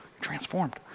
transformed